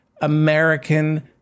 American